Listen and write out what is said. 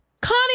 Connie